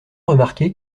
remarqué